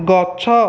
ଗଛ